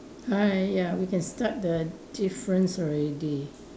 hi ya we can start the difference already